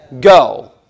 go